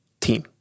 team